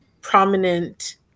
prominent